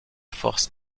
force